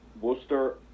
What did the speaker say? Worcester